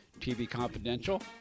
tvconfidential